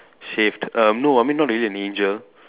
shaved err no I mean not really an angel